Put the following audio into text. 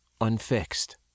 unfixed